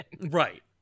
Right